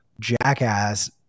jackass